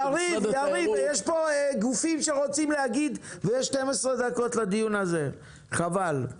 אנחנו רוצים לשמוע את